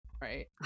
Right